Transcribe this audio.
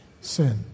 Sin